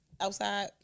outside